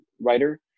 writer